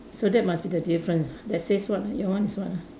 so that must be the difference that says what your one is what ah